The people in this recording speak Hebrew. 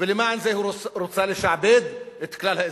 ולמען זה רוצה לשעבד את כלל האזרחים.